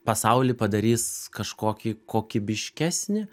pasaulį padarys kažkokį kokybiškesnį